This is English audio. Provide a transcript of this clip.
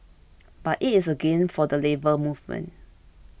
but it is a gain for the Labour Movement